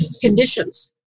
conditions